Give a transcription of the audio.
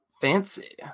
Fancy